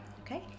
Okay